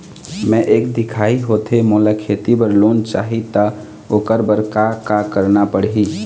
मैं एक दिखाही होथे मोला खेती बर लोन चाही त ओकर बर का का करना पड़ही?